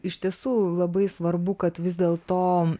iš tiesų labai svarbu kad vis dėl to